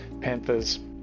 Panthers